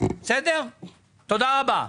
תודה רבה.